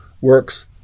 works